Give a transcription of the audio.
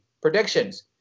predictions